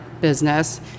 business